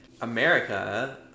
America